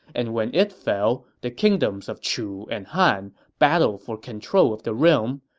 and when it fell the kingdoms of chu and han battled for control of the realm,